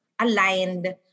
aligned